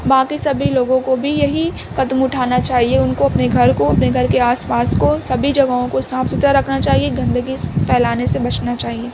باقی سبھی لوگوں کو بھی یہی قدم اٹھانا چاہیے ان کو اپنے گھر کو اپنے گھر کے آس پاس کو سبھی جگہوں کو صاف ستھرا رکھنا چاہیے گندگی پھیلانے سے بچنا چاہیے